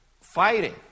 fighting